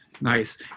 Nice